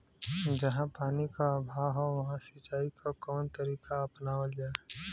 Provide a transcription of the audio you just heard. जहाँ पानी क अभाव ह वहां सिंचाई क कवन तरीका अपनावल जा?